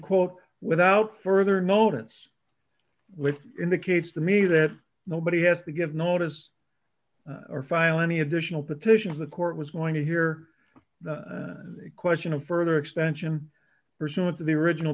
quote without further notice which indicates to me that nobody has to give notice or file any additional petitions the court was going to hear the question of further extension pursuant to the original